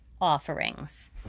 Offerings